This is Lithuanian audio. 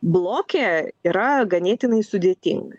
bloke yra ganėtinai sudėtinga